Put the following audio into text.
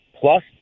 plus